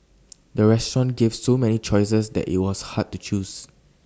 the restaurant gave so many choices that IT was hard to choose